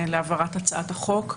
להעברת הצעת החוק.